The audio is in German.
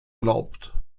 erlaubt